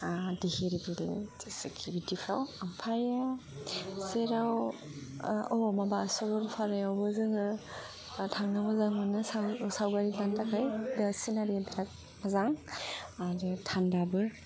धिरबिल जेसेकि बिदिफ्राव ओमफ्राय जेराव अबाव माबा सरलपारायावबो जोङो थांनो मोजां मोनो सावगारि लानो थाखाय सिनारिनि थाखाय मोजां आरो थान्दाबो